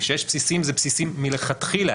וכשיש בסיסים זה בסיסים מלכתחילה,